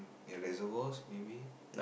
the reservoirs maybe